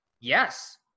Yes